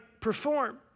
perform